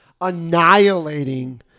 Annihilating